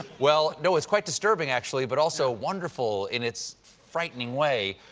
well, no, it's quite disturbing, actually, but also wonderful in its frightening way.